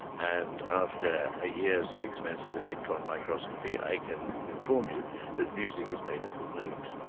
and after ah years of expensive electron microscopy, i can inform you that music is made up of notes.